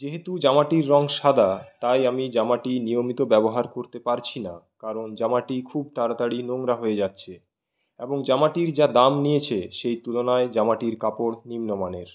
যেহেতু জামাটির রঙ সাদা তাই আমি জামাটি নিয়মিত ব্যবহার করতে পারছি না কারণ জামাটি খুব তাড়াতাড়ি নোংরা হয়ে যাচ্ছে এবং জামাটির যা দাম নিয়েছে সেই তুলনায় জামাটির কাপড় নিম্নমানের